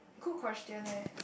good question eh